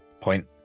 point